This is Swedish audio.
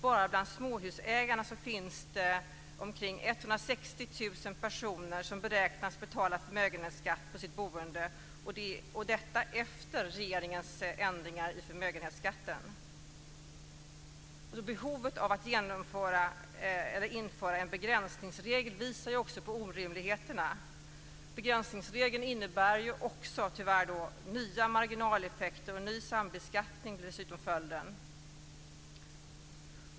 Bara bland småhusägarna finns omkring 160 000 personer som beräknas betala förmögenhetsskatt på sitt boende - och detta efter regeringens ändringar i förmögenhetsskatten. Behovet av att införa en begränsningsregel visar också på orimligheterna. Begränsningsregeln innebär ju tyvärr också nya marginaleffekter, och ny sambeskattning blir dessutom följden.